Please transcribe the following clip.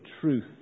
truth